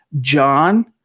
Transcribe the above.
John